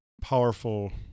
powerful